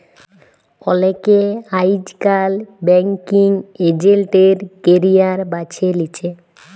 অলেকে আইজকাল banking agent এর ক্যারিয়ার বাছে লিছে